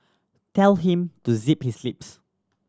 tell him to zip his lips